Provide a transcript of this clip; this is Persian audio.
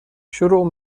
شروع